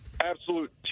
absolute